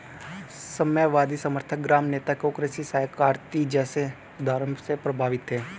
साम्यवादी समर्थक ग्राम नेता भी कृषि सहकारिता जैसे सुधारों से प्रभावित थे